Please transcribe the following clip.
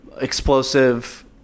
explosive